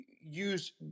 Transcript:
use